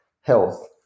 health